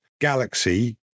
galaxy